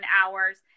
hours